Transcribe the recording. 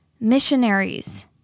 missionaries